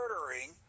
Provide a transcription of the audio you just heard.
murdering